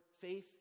faith